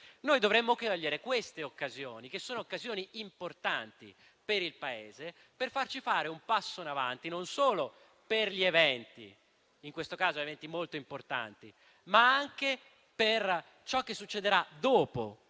Dovremmo cogliere queste occasioni, che sono importanti per il Paese, per farci compiere un passo in avanti non solo per gli eventi - in questo caso molto importanti - ma anche per ciò che succederà dopo